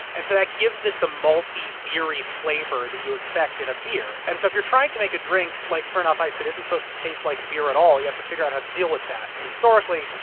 and so that gives it the malty, beery flavor that you expect in a beer and so if you're trying to make a drink like smirnoff ice that isn't supposed to taste like beer at all, you have to figure out how to deal with that. and historically,